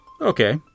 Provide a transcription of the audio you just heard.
Okay